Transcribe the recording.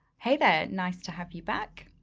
hey there, nice to have you back.